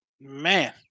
man